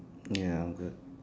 ya good